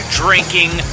drinking